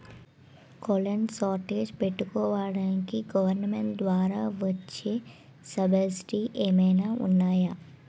Cold storage పెట్టుకోడానికి government ద్వారా వచ్చే సబ్సిడీ ఏమైనా ఉన్నాయా?